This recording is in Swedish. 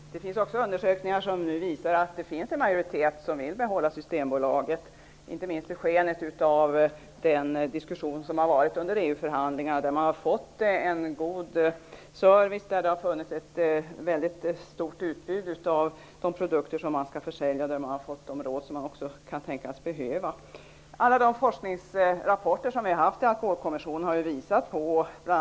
Herr talman! Det finns undersökningar som visar att det finns en majoritet för att behålla Systembolaget, inte minst i skenet av den diskussion som har varit under EU förhandlingarna. Det har funnits en god service, ett stort utbud av produkter som skall säljas, och man har fått de råd som kan tänkas behövas. Alla de forskningsrapporter om vi fått i Alkoholkommissionen har visat på problem.